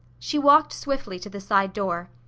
she walked swiftly to the side door.